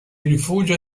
rifugia